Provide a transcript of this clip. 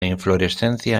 inflorescencia